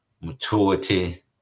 maturity